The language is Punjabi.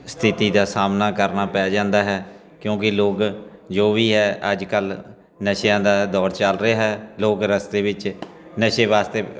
ਸਥਿਤੀ ਦਾ ਸਾਹਮਣਾ ਕਰਨਾ ਪੈ ਜਾਂਦਾ ਹੈ ਕਿਉਂਕਿ ਲੋਕ ਜੋ ਵੀ ਹੈ ਅੱਜ ਕੱਲ੍ਹ ਨਸ਼ਿਆਂ ਦਾ ਦੌਰ ਚੱਲ ਰਿਹਾ ਲੋਕ ਰਸਤੇ ਵਿੱਚ ਨਸ਼ੇ ਵਾਸਤੇ